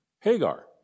Hagar